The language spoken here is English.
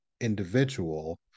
individual